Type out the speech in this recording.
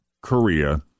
Korea